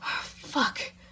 Fuck